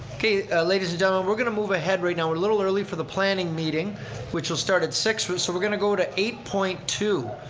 okay, ladies and gentlemen. um we're going to move ahead right now. we're a little early for the planning meeting which'll start at six. we're so we're going to go to eight point two